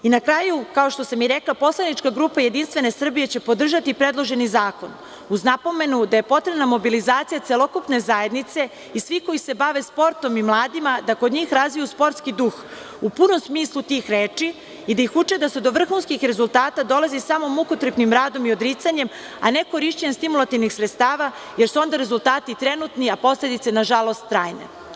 Na kraju, kao što sam i rekla, poslanička grupa JS će podržati predloženi zakon, uz napomenu da je potrebna mobilizacija celokupne zajednice i svih koji se bave sportom i mladima da kod njih razviju sportski duh u punom smislu tih reči i da ih uče da se do vrhunskih rezultata dolazi samo mukotrpnim radom i odricanjem, a ne korišćenjem stimulativnih sredstava, jer su onda rezultati trenutni, a posledice, nažalost, trajne.